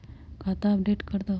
खाता अपडेट करदहु?